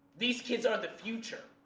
these kids are the future,